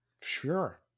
sure